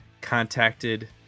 contacted